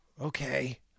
Okay